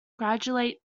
congratulate